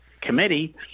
committee